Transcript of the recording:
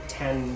ten